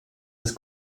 des